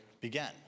began